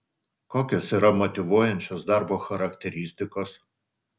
kokios yra motyvuojančios darbo charakteristikos